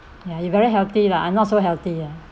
ya you very healthy lah I'm not so healthy ya